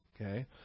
Okay